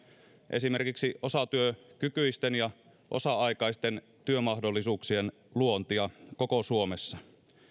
esimerkiksi osatyökykyisten ja osa aikaisten työmahdollisuuksien luontia koko suomessa